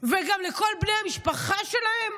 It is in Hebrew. וגם לכל בני המשפחה שלהם?